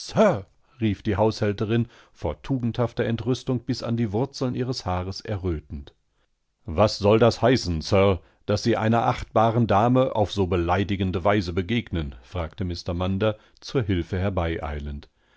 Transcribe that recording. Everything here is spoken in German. rief die haushälterin vor tugendhafter entrüstung bis an die wurzeln ihres haareserrötend was soll das heißen sir daß sie einer achtbaren dame auf so beleidigende weise begegnen fragtemr munder zurhilfeherbeieilend